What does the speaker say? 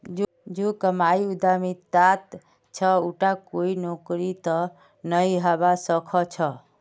जो कमाई उद्यमितात छ उटा कोई नौकरीत नइ हबा स ख छ